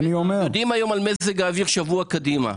יודעים היום על מזג האוויר שבוע קדימה.